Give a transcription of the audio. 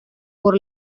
por